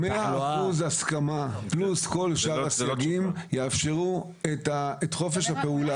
100 אחוזים הסכמה פלוס כל שאר הסייגים יאפשרו את חופש הפעולה.